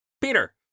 peter